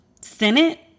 Senate